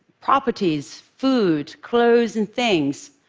properties, food, clothes and things.